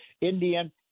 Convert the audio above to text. Indian